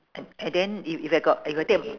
and and then if if I got if I take